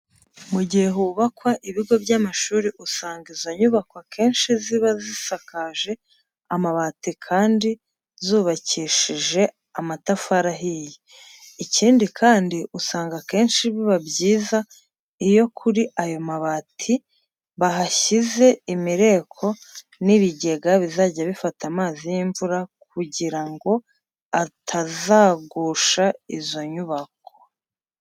Mu gihe hubakwa ibigo by'amashuri usanga izo nyubako akenshi ziba zisakaje amabati kandi zubakishije amatafari ahiye. Ikindi kandi usanga akenshi biba byiza iyo kuri ayo mabati bahashyize imireko n'ibigega bizajya bifata amazi y'imvura kugira ngo atazagusha izo nyubako.